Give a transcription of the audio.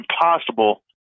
impossible